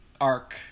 arc